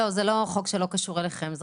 זה לא חוק שלא קשור אליכם, זה